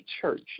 Church